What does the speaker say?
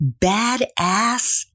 badass